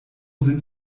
sind